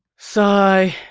sigh.